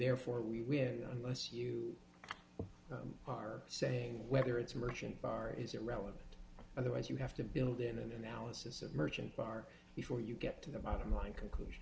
therefore we unless you are saying whether it's emergent bar is irrelevant otherwise you have to build in an analysis of merchant bar before you get to the bottom line conclusion